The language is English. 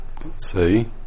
See